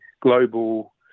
global